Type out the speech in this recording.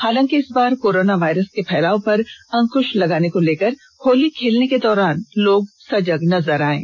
हालांकि इस बार कोरोना वायरस के फैलाव पर अंक्श लगाने को लेकर होली खेलने के दौरान लोग सजग नजर आये